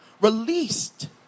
released